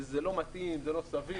זה לא מתאים, זה לא סביר.